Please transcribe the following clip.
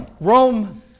Rome